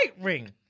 ring